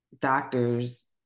doctors